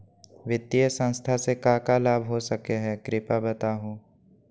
वित्तीय संस्था से का का लाभ हो सके हई कृपया बताहू?